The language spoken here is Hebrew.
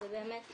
לנסות